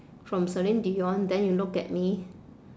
from celine dion then you look at me